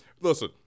listen